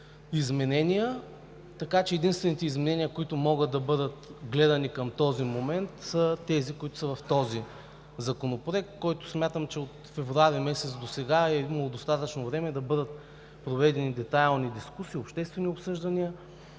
единствените изменения, които могат да бъдат гледани към този момент, са тези, които са в този законопроект, за който смятам, че от февруари месец досега е имало достатъчно време да бъдат проведени детайлни дискусии, обществени обсъждания